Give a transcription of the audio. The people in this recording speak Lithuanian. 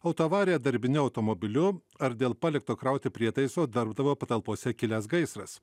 autoavarija darbiniu automobiliu ar dėl palikto krauti prietaiso darbdavio patalpose kilęs gaisras